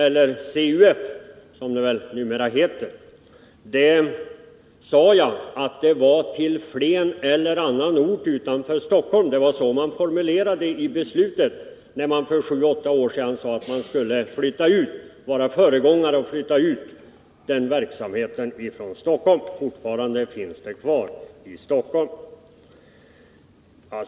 Jag sade att CUF skulle flytta till Flen eller annan ort utanför Stockholm — det var så man formulerade det i beslutet, när man för sju åtta år sedan sade att man skulle vara föregångare och flytta ut verksamheten från Stockholm. Fortfarande finns den kvar i Stockholm.